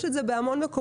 יש את זה בהמון מקומות.